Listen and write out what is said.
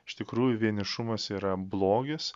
iš tikrųjų vienišumas yra blogis